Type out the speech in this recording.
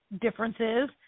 differences